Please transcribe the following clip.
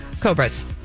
cobras